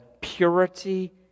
purity